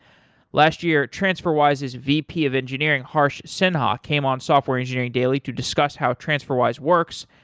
last year, transferwise's vp of engineering, harsh sinha, came on software engineering daily to discuss how transferwise works,